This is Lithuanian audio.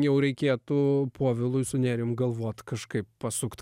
jau reikėtų povilui su nerijum galvot kažkaip pasukt